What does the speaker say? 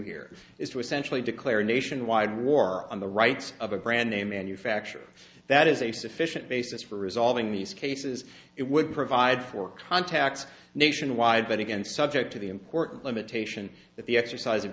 here is to essentially declare a nationwide war on the rights of a brand they manufacture that is a sufficient basis for resolving these cases it would provide for contacts nationwide but again subject to the import limitation that the exercise of